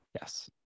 Yes